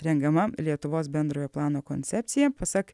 rengiama lietuvos bendrojo plano koncepcija pasak